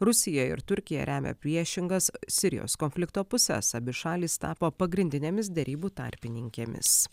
rusija ir turkija remia priešingas sirijos konflikto puses abi šalys tapo pagrindinėmis derybų tarpininkėmis